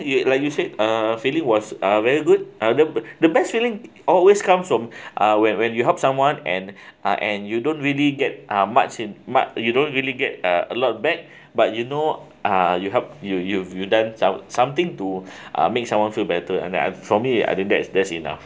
you like you said uh feeling was uh very good uh the the best feeling always comes from uh when when you help someone and uh and you don't really get uh much in much you don't really get uh a lot back but you know uh you help you you've done some something to uh make someone feel better and I for me I think that's that's enough